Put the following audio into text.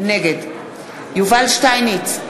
נגד יובל שטייניץ,